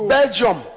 Belgium